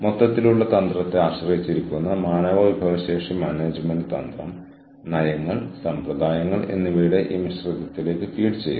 client അഭിമുഖീകരിക്കുന്ന ഒരു പ്രശ്നത്തെക്കുറിച്ച് വെണ്ടറോടോ സേവന ദാതാവോടോ മാത്രമേ ക്ലയന്റ് പറയൂ